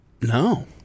No